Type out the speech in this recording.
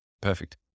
Perfect